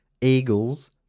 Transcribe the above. eagles